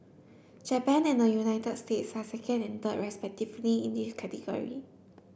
Japan and the United States are second and third respectively in this category